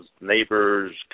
neighbors